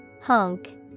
Honk